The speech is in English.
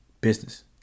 business